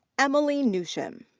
emilie newsham.